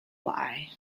why